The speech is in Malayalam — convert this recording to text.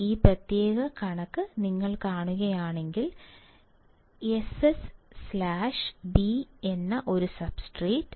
ഈ പ്രത്യേക കണക്ക് നിങ്ങൾ കാണുകയാണെങ്കിൽ എസ്എസ് സ്ലാഷ് ബി എന്ന ഒരു സബ്സ്റേറ്റ്